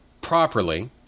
properly